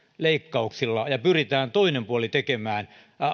leikkauksilla ja pyritään toinen puoli tekemään